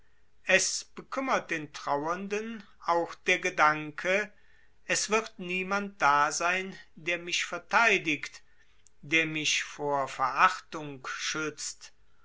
es bekümmert den trauernden auch es wird niemand da sein der mich vertheidigt der mich vor verachtung schützt